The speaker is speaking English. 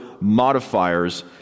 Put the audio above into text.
modifiers